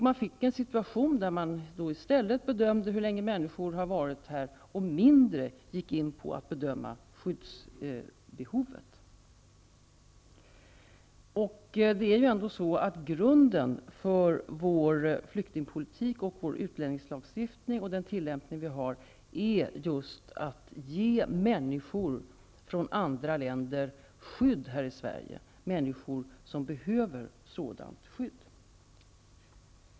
Situationen blev den att man i stället bedömde hur länge människor varit här och att man mindre gick in på en bedömning av skyddsbehovet. Grunden för vår flyktingpolitik, vår utlänningslagstiftning och den tillämpning som gäller är just att ge människor från andra länder skydd här i Sverige. Det handlar då om människor som behöver sådant skydd.